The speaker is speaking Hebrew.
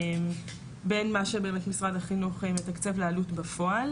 בין מה שבאמת משרד החינוך מתקצב לעלות בפועל,